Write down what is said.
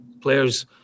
Players